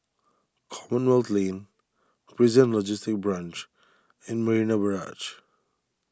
Commonwealth Lane Prison Logistic Branch and Marina Barrage